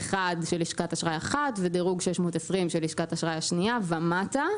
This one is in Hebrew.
481 של לשכת אשראי אחת ודירוג 620 של לשכת האשראי השנייה ומטה,